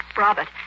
Robert